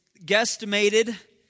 guesstimated